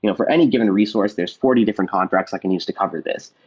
you know for any given resource, there's forty different contracts i can use to cover this,